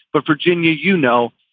but virginia, you know,